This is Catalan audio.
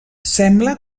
sembla